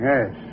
Yes